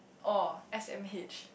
oh S_M_H